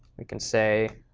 we can say,